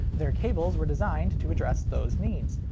their cables were designed to address those needs.